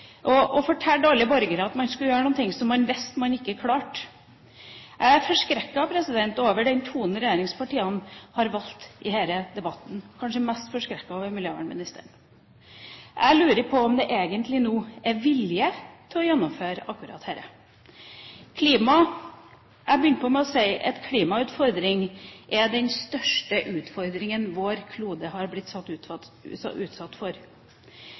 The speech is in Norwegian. at man skulle gjøre noe man visste man ikke klarte. Jeg er forskrekket over den tonen regjeringspartiene har valgt i denne debatten – jeg er kanskje mest forskrekket over miljøvernministeren. Jeg lurer på om det egentlig nå er vilje til å gjennomføre dette. Jeg begynte med å si at klimautfordringen er den største utfordringen vår klode